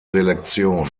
selektion